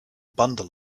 bundle